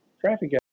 traffic